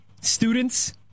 Students